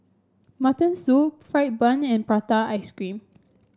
Mutton Soup fried bun and Prata Ice Cream